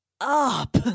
up